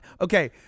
okay